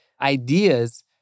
ideas